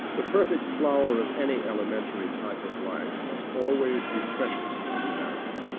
the perfect flower of any elementary type of life must always be precious to humanity,